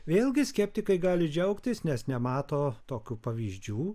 vėlgi skeptikai gali džiaugtis nes nemato tokių pavyzdžių